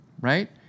right